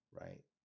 right